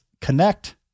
Connect